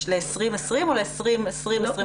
ל-2020 או ל-2020-2021?